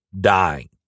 dying